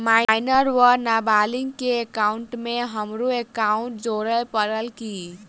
Minor वा नबालिग केँ एकाउंटमे हमरो एकाउन्ट जोड़य पड़त की?